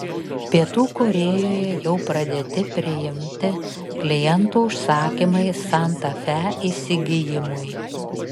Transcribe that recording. pietų korėjoje jau pradėti priimti klientų užsakymai santa fe įsigijimui